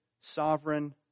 sovereign